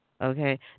Okay